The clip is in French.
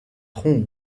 tronc